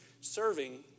serving